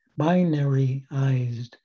binaryized